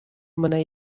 mõne